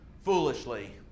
foolishly